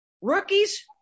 rookies